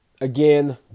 Again